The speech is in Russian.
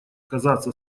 казаться